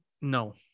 No